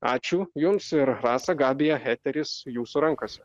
ačiū jums ir rasa gabija eteris jūsų rankose